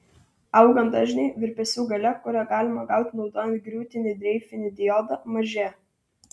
augant dažniui virpesių galia kurią galima gauti naudojant griūtinį dreifinį diodą mažėja